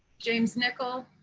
james nicole,